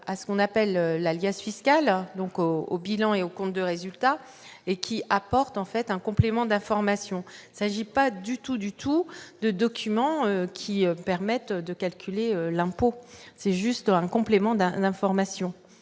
à ce qu'on appelle la liasse fiscale donc au au bilan et aux comptes de résultats et qui apportent en fait un complément d'information s'agit pas du tout du tout de documents qui permettent de calculer l'impôt, c'est juste un complément d'un information